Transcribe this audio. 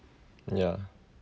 ya